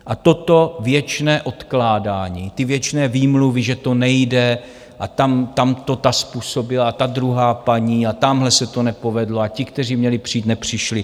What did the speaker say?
A toto věčné odkládání, ty věčné výmluvy, že to nejde, a tam to ta způsobila a ta druhá paní a tamhle se to nepovedlo a ti, kteří měli přijít, nepřišli...